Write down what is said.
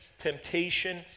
temptation